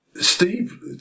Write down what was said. Steve